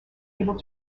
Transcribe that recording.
able